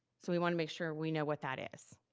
so we wanna make sure we know what that is.